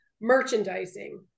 Merchandising